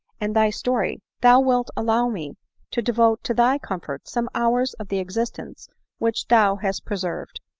and thy story, thou wilt allow me to devote to thy comfort some hours of the existence which thou hast preserved.